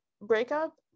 breakup